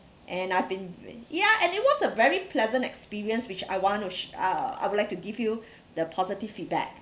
and I've been ya and it was a very pleasant experience which I want to sh~ uh I would like to give you the positive feedback